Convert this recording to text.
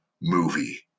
movie